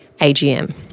AGM